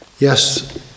Yes